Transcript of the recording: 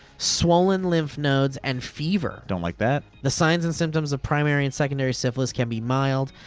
swollen lymph nodes and fever. don't like that. the signs and symptoms of primary and secondary syphilis can be mild,